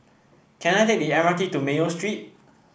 can I take the M R T to Mayo Street